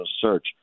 search